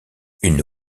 une